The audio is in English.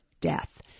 death